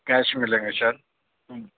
cash میں لیں گے سر